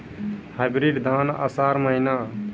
Hybrid धान आषाढ़ महीना?